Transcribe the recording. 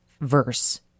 verse